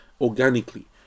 organically